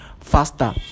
faster